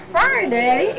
Friday